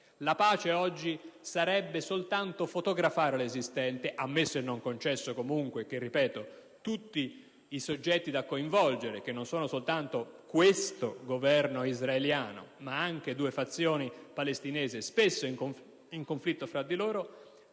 La pace oggi sarebbe soltanto fotografare l'esistente. Ammesso e non concesso che comunque i soggetti da coinvolgere non sarebbero soltanto il Governo israeliano, ma anche due fazioni palestinesi spesso in conflitto fra di loro,